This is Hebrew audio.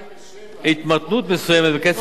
2007. התמתנות מסוימת בקצב גידול,